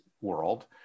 world